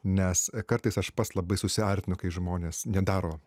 nes kartais aš pats labai susierzinu kai žmonės nedaro